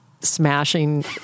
smashing